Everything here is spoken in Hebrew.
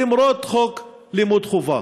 למרות חוק לימוד חובה.